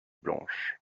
blanches